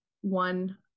one